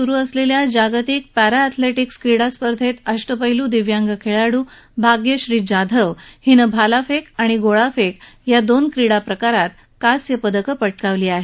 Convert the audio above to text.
चीनमध्ये सात मे पासून सुरू असलेल्या जागतिक पॅराअॅथेलेटिक्स क्रिडा स्पर्धेत अष्टपैलू दिव्यांग खेळाडू भाग्यश्री जाधव हिनं भालाफेक आणि गोळाफेक या दोन क्रिडा प्रकारात कांस्य पदकं पटकावली आहेत